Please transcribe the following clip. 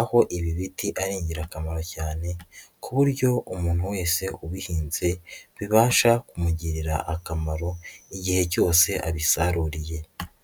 aho ibi biti ari ingirakamaro cyane ku buryo umuntu wese ubihinze bibasha kumugirira akamaro igihe cyose abisaruriye.